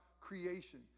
creation